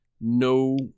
no